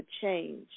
change